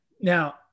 Now